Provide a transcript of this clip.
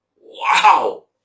Wow